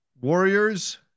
Warriors